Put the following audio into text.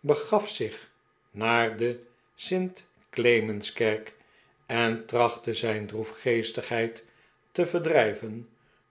begaf zich naar de sint clemenskerk en trachtte zijn droefde pickwick club geestigheid te verdrijven